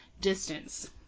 Distance